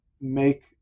make